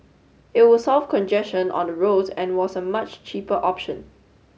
it would solve congestion on the roads and was a much cheaper option